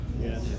Yes